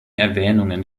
erwähnung